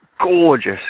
gorgeous